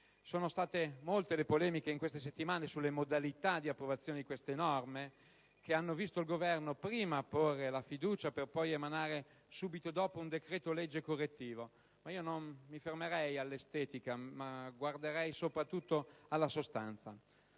sono state le polemiche in queste settimane sulle modalità di approvazione di quelle norme, sulle quali il Governo ha prima posto la fiducia e poi emanato subito dopo un decreto‑legge correttivo. Non mi fermerei all'aspetto estetico ma guarderei soprattutto alla sostanza.